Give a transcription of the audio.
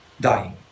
dying